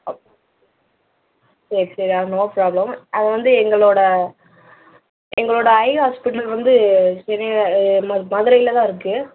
அப் சரி சரி அது நோ ப்ராப்ளம் அவ வந்து எங்களோட எங்களோட ஐ ஹாஸ்பிட்லுக்கு வந்து தெரியும் மத் மதுரைல தான் இருக்கு